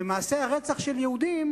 ומעשי הרצח של יהודים,